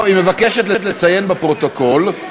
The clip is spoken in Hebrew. הצבעתי בעד, ואני נגד.